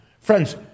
Friends